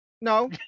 No